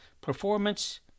performance